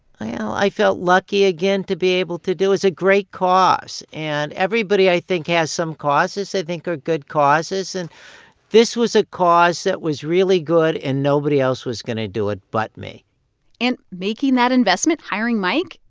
i felt lucky, again, to be able to do it's a great cause. and everybody, i think, has some causes they think are good causes. and this was a cause that was really good, and nobody else was going to do it but me and making that investment, hiring mike,